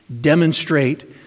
demonstrate